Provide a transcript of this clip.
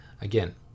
Again